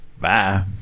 Bye